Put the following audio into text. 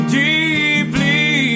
deeply